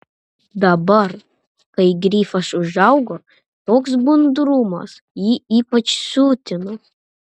dabar kai grifas užaugo toks budrumas jį ypač siutino